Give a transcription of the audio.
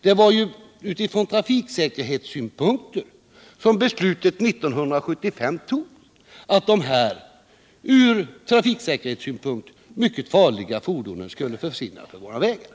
Det var ju med tanke på trafiksäkerheten som beslutet 1975 fattades och att dessa från trafiksäkerhetssynpunkt mycket farliga fordon skulle försvinna från våra vägar.